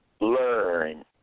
learn